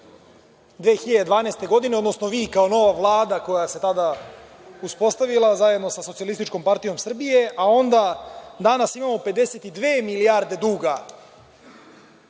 2012. godine, odnosno vi kao nova Vlada koja se tada uspostavila zajedno sa Socijalističkom partijom Srbije, a onda danas imamo 52 milijarde duga.